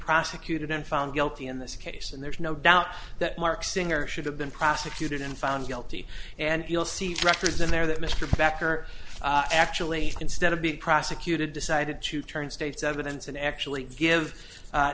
prosecuted and found guilty in this case and there's no doubt that marc singer should have been prosecuted and found guilty and you'll see records in there that mr becker actually instead of being prosecuted decided to turn state's evidence and actually give